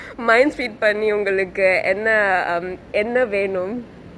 mind read பண்ணி உங்களுக்கு என்ன:panni ungaluku enna er mm என்ன வேணும்:enna venum